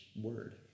word